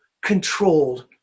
controlled